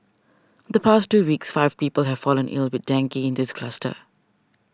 in the past two weeks five people have fallen ill with dengue in this cluster